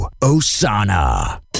Osana